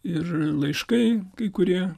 ir laiškai kai kurie